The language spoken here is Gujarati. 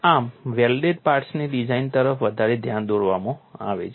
આમ વેલ્ડેડ પાર્ટ્સની ડિઝાઇન તરફ વધારે ધ્યાન દોરવામાં આવે છે